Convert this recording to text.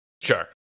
Sure